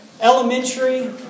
elementary